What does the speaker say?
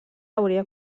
hauria